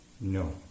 No